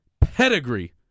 pedigree